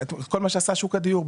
את כל מה שעשה שוק הדיור,